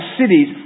cities